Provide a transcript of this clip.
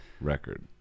record